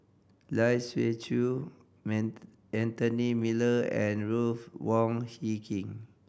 Lai Siu Chiu Anthony Miller and Ruth Wong Hie King